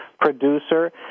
producer